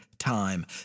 time